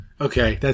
Okay